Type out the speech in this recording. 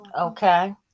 okay